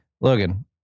Logan